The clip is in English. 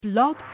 blog